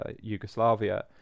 Yugoslavia